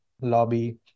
lobby